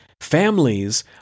Families